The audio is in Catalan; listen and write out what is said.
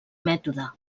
mètode